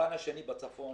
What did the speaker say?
בפן השני בצפון,